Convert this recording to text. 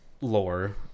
lore